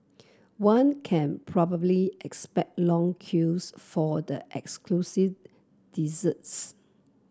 one can probably expect long queues for the exclusive desserts